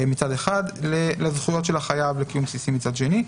מצד אחד, לזכויות של החייב לקיום בסיסי, מצד שני.